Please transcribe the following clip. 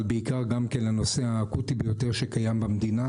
אבל בעיקר גם כן לנושא האקוטי ביותר שקיים במדינה,